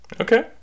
okay